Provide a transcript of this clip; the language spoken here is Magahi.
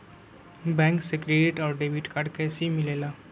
बैंक से क्रेडिट और डेबिट कार्ड कैसी मिलेला?